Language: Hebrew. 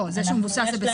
הוא מבוסס על אומדנים,